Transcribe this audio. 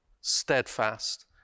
steadfast